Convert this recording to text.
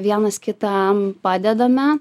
vienas kitam padedame